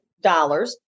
dollars